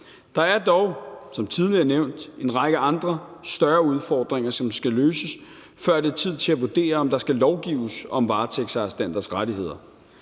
nævnt en række andre større udfordringer, som skal løses, før det er tid til at vurdere, om der skal lovgives om varetægtsarrestanters rettigheder.